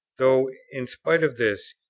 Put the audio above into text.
though, in spite of this,